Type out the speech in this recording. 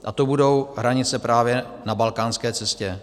A to budou hranice právě na balkánské cestě.